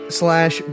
slash